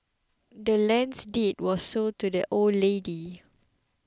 the land's deed was sold to the old lady